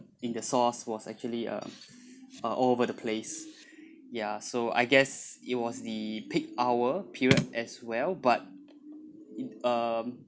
in the sauce was actually uh all over the place ya so I guess it was the peak hour period as well but in um